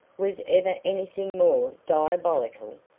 was ever anything more diabolical?